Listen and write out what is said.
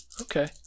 Okay